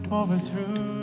overthrew